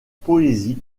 poésie